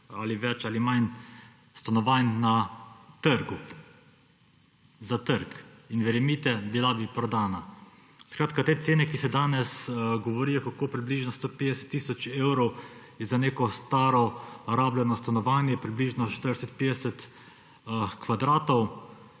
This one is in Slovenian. ali več ali manj stanovanj za trg, in verjemite, bila bi prodana. Skratka, te cene, ki se danes govorijo, kako približno 150 tisoč evrov je za neko staro rabljeno stanovanje, približno 40, 50, kvadratov;